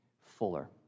fuller